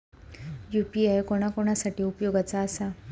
UPI कोणा कोणा साठी उपयोगाचा आसा?